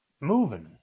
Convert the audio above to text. moving